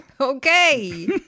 Okay